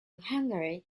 hungary